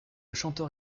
chanteur